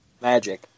Magic